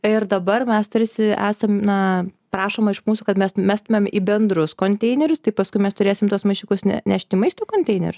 ir dabar mes tarsi esam na prašoma iš mūsų kad mes mestumėm į bendrus konteinerius tai paskui mes turėsim tuos maišiukus ne nešti į maisto konteinerius